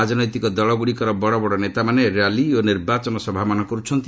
ରାଜନୈତିକ ଦଳଗୁଡ଼ିକର ବଡ଼ ବଡ଼ ନେତାମାନେ ର୍ୟାଲି ଓ ନିର୍ବାଚନ ସଭାମାନ କରୁଛନ୍ତି